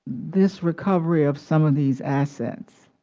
this recovery of some of these assets?